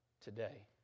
today